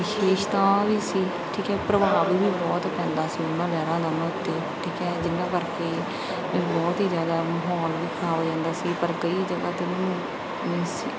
ਵਿਸ਼ੇਸ਼ਤਾ ਵੀ ਸੀ ਠੀਕ ਹੈ ਪ੍ਰਭਾਵ ਵੀ ਬਹੁਤ ਪੈਂਦਾ ਸੀ ਉਹਨਾਂ ਲਹਿਰਾਂ ਦਾ ਉਹਨਾਂ ਉੱਤੇ ਠੀਕ ਹੈ ਜਿੰਨ੍ਹਾਂ ਕਰਕੇ ਬਹੁਤ ਹੀ ਜ਼ਿਆਦਾ ਮਾਹੌਲ ਵੀ ਖ਼ਰਾਬ ਹੋ ਜਾਂਦਾ ਸੀ ਪਰ ਕਈ ਜਗ੍ਹਾ 'ਤੇ ਮੀਨਜ਼